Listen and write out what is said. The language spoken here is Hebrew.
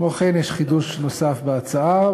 כמו כן יש חידוש נוסף בהצעה,